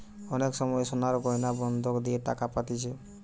অনেক সময় সোনার গয়না বন্ধক দিয়ে টাকা পাতিছে